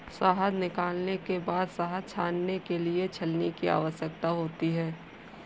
शहद निकालने के बाद शहद छानने के लिए छलनी की आवश्यकता होती है